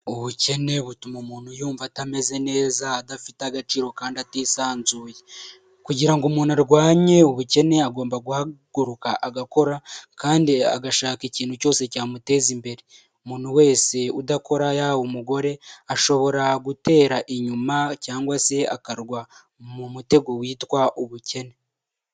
Ubukene butuma umuntu yumva atameze neza adafite agaciro kandi atisanzuye, kugira ngo umuntu arwanye ubukene agomba guhaguruka agakora kandi agashaka ikintu cyose cyamuteza imbere, umuntu wese udakora yaba umugore ashobora gutera inyuma cyangwa se akarwa mu mutego witwa ubukene.